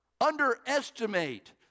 underestimate